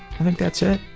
i think that's it.